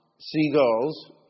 Seagulls